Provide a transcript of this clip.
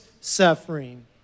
suffering